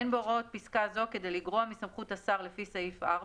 אין בהוראות פסקה זו כדי לגרוע מסמכות השר לפי סעיף 4